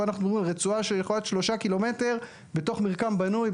פה אנחנו מדברים על רצועה שיכולה להיות 3 ק"מ בתוך מרקם בנוי,